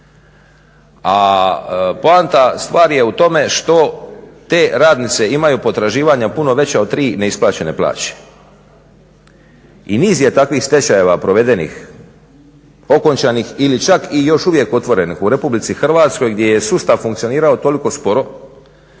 A poanta stvari je u tome što te radnice imaju potraživanja puno veća od 3 neisplaćene plaće. I niz je takvih stečajeva provedenih, okončanih ili čak i još uvijek otvorenih u Republici Hrvatskoj gdje je sustav funkcionirao toliko sporo